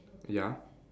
ya